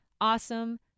awesome